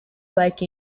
like